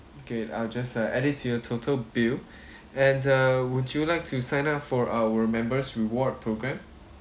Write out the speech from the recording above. okay I'll just uh add it to your total bill and uh would you like to sign up for our member's reward program